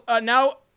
now